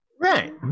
Right